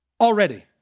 Already